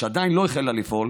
שעדיין לא החלה לפעול,